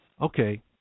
okay